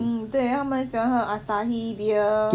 mm 对他们很喜欢喝 asahi beer